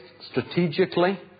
strategically